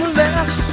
less